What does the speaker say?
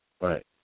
Right